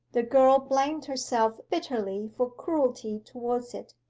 the girl blamed herself bitterly for cruelty towards it,